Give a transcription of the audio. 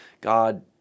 God